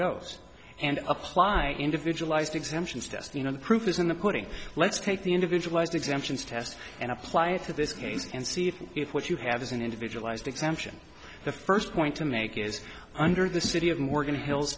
goes and apply individualized exemptions test you know the proof is in the pudding let's take the individualized exemptions test and apply it to this case and see if if what you have is an individualized exemption the first point to make is under the city of morgan hills